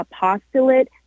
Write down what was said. apostolate